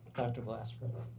dr. glasper,